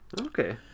Okay